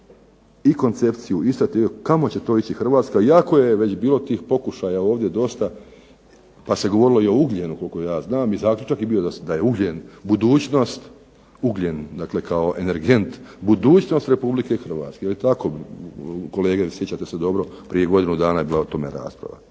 i koncepciju i strategiju kamo će to ići Hrvatska, iako je već bilo tih pokušaja ovdje dosta pa se govorilo i o ugljenu koliko ja znam, i zaključak je bio da je ugljen budućnost, ugljen dakle kao energent budućnost Republike Hrvatske. Je li tako kolege, sjećate se dobro, prije godinu dana je bila o tome rasprava.